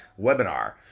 webinar